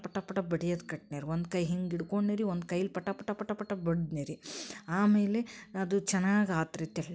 ಪಟ ಪಟ ಬಡಿಯೋದು ಕಟ್ನಿರಿ ಒಂದು ಕೈ ಹಿಂಗೆ ಹಿಡ್ಕೊಂಡ್ನಿ ರಿ ಒಂದು ಕೈಲಿ ಪಟ ಪಟ ಪಟ ಪಟ ಬಡಿದ್ನಿ ರೀ ಆಮೇಲೆ ಅದು ಚೆನ್ನಾಗಿ ಆತು ರೀ ತೆಳು